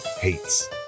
hates